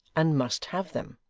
and must have them.